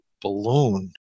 balloon